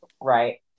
Right